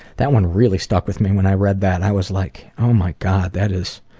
that one really stuck with me. when i read that i was like, oh my god, that is